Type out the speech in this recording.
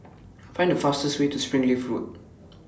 Find The fastest Way to Springleaf Road